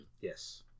Yes